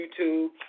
YouTube